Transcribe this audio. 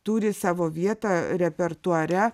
turi savo vietą repertuare